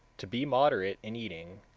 to be moderate in eating,